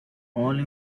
only